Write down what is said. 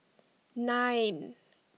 nine